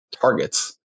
targets